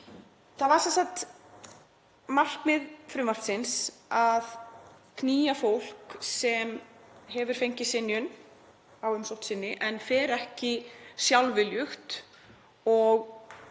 Það var sem sagt markmið frumvarpsins að knýja fólk sem hefur fengið synjun á umsókn sinni en fer ekki sjálfviljugt og